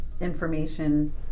information